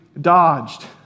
dodged